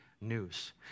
news